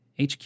hq